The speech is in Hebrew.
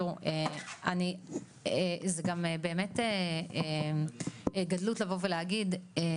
תראו זה גם באמת גדלות לבוא ולהגיד לבוא